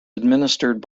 administered